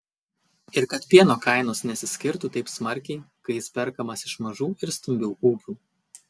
ir kad pieno kainos nesiskirtų taip smarkiai kai jis perkamas iš mažų ir stambių ūkių